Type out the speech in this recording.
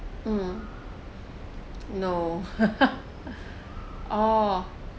um no oh